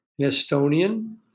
Estonian